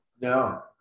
No